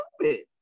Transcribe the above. stupid